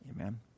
Amen